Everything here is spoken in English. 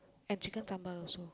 and Chicken sambal also